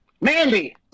Mandy